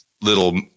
little